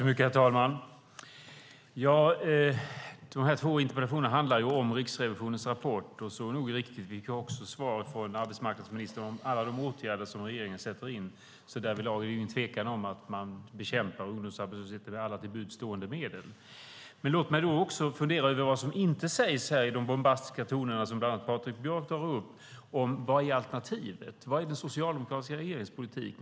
Herr talman! De två interpellationerna handlar om Riksrevisionens rapport. Det är riktigt. Vi har fått svar från arbetsmarknadsministern om alla de åtgärder som regeringen sätter in. Därvidlag råder det inget tvivel om att man bekämpar ungdomsarbetslösheten med alla till buds stående medel. Låt mig då också fundera över vad som inte sägs i de bombastiska toner som bland annat Patrik Björck för fram om vad som är alternativet. Vad var den socialdemokratiska regeringens politik?